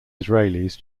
israelis